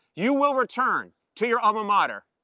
you will return to your alma mater,